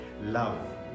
Love